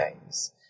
games